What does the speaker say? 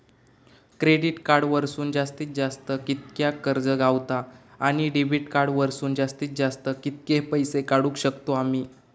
Credit card वरसून जास्तीत जास्त कितक्या कर्ज गावता, आणि डेबिट कार्ड वरसून जास्तीत जास्त कितके पैसे काढुक शकतू आम्ही?